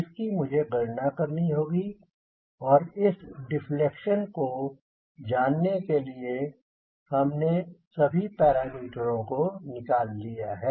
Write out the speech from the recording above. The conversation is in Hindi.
इसकी मुझे गणना करनी होगी और इस डिफ्लेक्शन को जानने लिए हमने सभी सभी पैरामीटरों को निकल लिया है